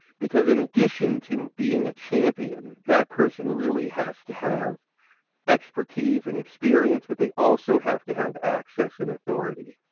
because in addition to being a champion, that person really has to have expertise and experience, but they also have to have access and authority.